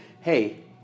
hey